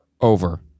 over